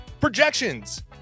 projections